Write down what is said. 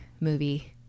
movie